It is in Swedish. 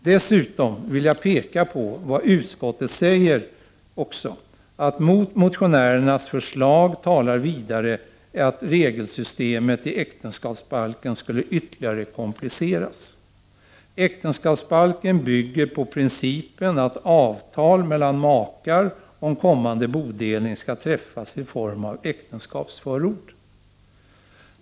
Dessutom vill jag påpeka att utskottet också framhåller, att ”mot motionärernas förslag talar vidare att regelsystemet i ÄktB skulle ytterligare kompliceras” och att äktenskapsbalken ”bygger på principen att avtal mellan makar om kommande bodelning skall träffas i form av äktenskapsförord”.